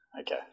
Okay